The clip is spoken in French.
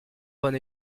bon